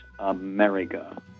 America